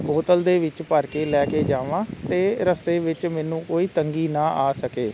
ਬੋਤਲ ਦੇ ਵਿੱਚ ਭਰ ਕੇ ਲੈ ਕੇ ਜਾਵਾਂ ਅਤੇ ਰਸਤੇ ਵਿੱਚ ਮੈਨੂੰ ਕੋਈ ਤੰਗੀ ਨਾ ਆ ਸਕੇ